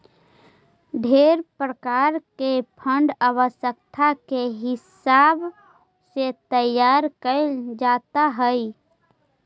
ढेर प्रकार के फंड आवश्यकता के हिसाब से तैयार कैल जात हई